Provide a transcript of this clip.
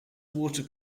water